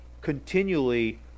continually